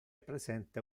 presente